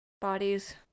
Bodies